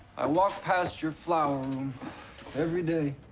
i walk past your flower room every day.